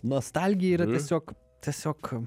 nostalgija yra tiesiog tiesiog